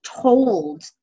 told